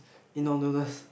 Indo noodles